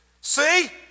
see